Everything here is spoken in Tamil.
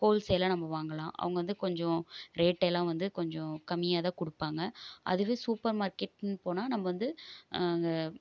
ஹோல்சேலாக நம்ம வாங்கலாம் அவங்க வந்து கொஞ்சம் ரேட் எல்லாம் வந்து கொஞ்சம் கம்மியாகதான் கொடுப்பாங்க அதுவே சூப்பர் மார்க்கெட்னு போனால் நம்ம வந்து அங்கே